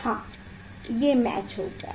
हां ये मैच हो गया है